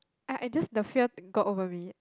I I just the fear got over me